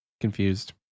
Confused